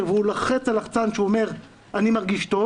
ולוחץ על לחצן ואומר שהוא מרגיש טוב.